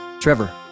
Trevor